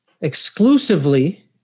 exclusively